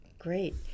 Great